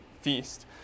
feast